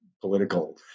political